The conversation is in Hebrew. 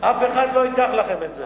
אף אחד לא ייקח לכן את זה.